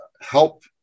help